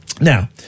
now